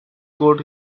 could